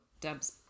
Deb's